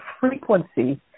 frequency